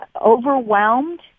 overwhelmed